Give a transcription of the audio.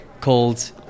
called